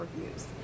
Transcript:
reviews